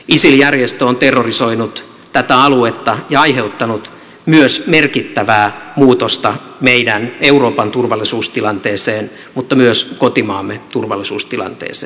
isil järjestö on terrorisoinut tätä aluetta ja aiheuttanut myös merkittävää muutosta meidän euroopan turvallisuustilanteeseen mutta myös kotimaamme turvallisuustilanteeseen